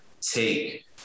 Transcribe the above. take